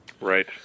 Right